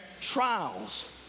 trials